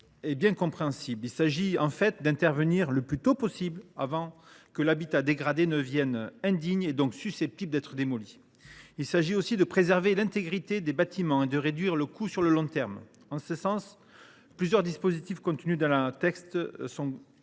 Il s’agit en fait d’intervenir le plus tôt possible avant que l’habitat dégradé ne devienne indigne, c’est à dire qu’il ne soit susceptible d’être démoli. Il s’agit aussi de préserver l’intégrité des bâtiments et de réduire le coût sur le long terme. En ce sens, plusieurs dispositifs contenus dans le texte sont tout